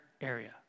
area